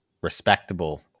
Respectable